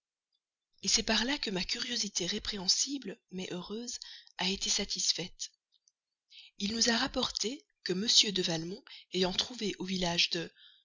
lui c'est par là que ma curiosité répréhensible mais heureuse a été satisfaite il nous a rapporté que m de valmont ayant trouvé au village de